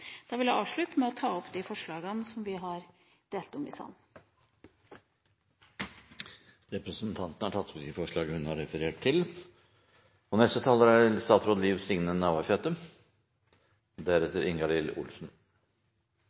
Da vil jeg avslutte med å ta opp de forslagene som vi har, som er omdelt i salen. Representanten Trine Skei Grande har tatt opp de forslagene hun refererte til. Eg meiner distrikts- og